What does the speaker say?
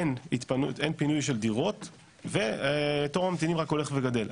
אין פינוי של דירות ותור הממתינים רק הולך וגדל.